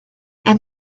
and